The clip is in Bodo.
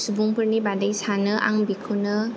सुबुंफोरनि बादै सानो आं बेखौनो